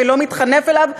ולא מתחנף אליו,